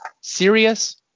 serious